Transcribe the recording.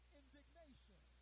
indignation